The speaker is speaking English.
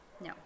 No